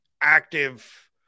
active